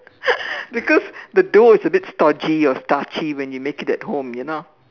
because the dough is a bit starchy or starchy when you make it at home you know